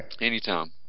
Anytime